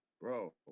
Bro